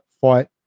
fight